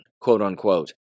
quote-unquote